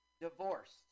divorced